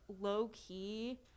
low-key